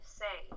say